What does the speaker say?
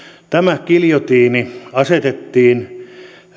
tämä giljotiini asetettiin